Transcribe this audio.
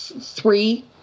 three